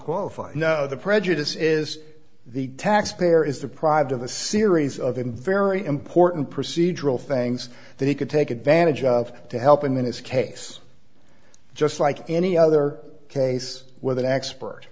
qualified you know the prejudice is the taxpayer is the pride of a series of him very important procedural things that he could take advantage of to help him in his case just like any other case with an expert